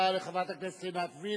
תודה רבה לחברת הכנסת עינת וילף.